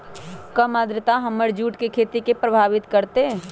कम आद्रता हमर जुट के खेती के प्रभावित कारतै?